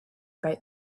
about